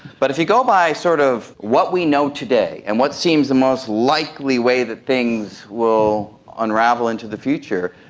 but if you go by sort of what we know today and what seems the most likely way that things will unravel into the future,